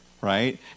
right